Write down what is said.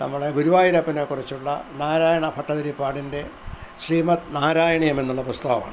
നമ്മളെ ഗുരുവായൂരപ്പനെ കുറിച്ചുള്ള നാരായണ ഭട്ടതിരിപ്പാടിൻ്റെ ശ്രീമത് നാരായണീയം എന്നുള്ള പുസ്തകമാണ്